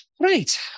Right